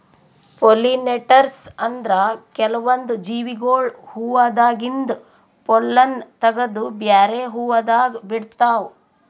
pollinators ಅಂದ್ರ ಕೆಲ್ವನ್ದ್ ಜೀವಿಗೊಳ್ ಹೂವಾದಾಗಿಂದ್ ಪೊಲ್ಲನ್ ತಗದು ಬ್ಯಾರೆ ಹೂವಾದಾಗ ಬಿಡ್ತಾವ್